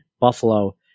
Buffalo